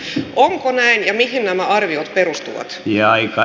onko näin ja mihin nämä arviot perustuvat